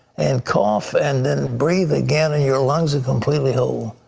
and cough, and then breathe again. your lungs are completely whole.